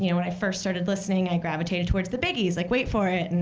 you know when i first started listening, i gravitated towards the biggies, like wait for it, and